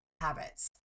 habits